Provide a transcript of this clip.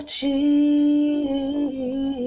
jesus